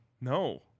No